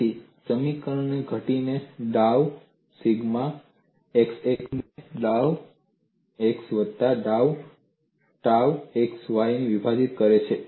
તેથી સમીકરણ ઘટીને ડાઉ સિગ્મા xx ને ડાઉ x વત્તા ડાઉ ટાઉ x y થી વિભાજીત કરે છે